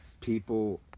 people